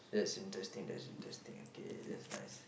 that's interesting that's interesting okay that's nice